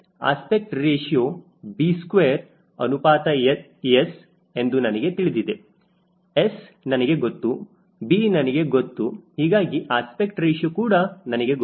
aspect ratio b square ಅನುಪಾತ S ಎಂದು ನನಗೆ ತಿಳಿದಿದೆ S ನನಗೆ ಗೊತ್ತು b ನನಗೆ ಗೊತ್ತು ಹೀಗಾಗಿ ಅಸ್ಪೆಕ್ಟ್ ರೇಶ್ಯೂ ಕೂಡ ನನಗೆ ಗೊತ್ತು